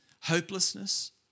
hopelessness